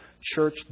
church